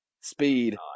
speed